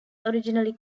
originally